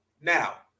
Now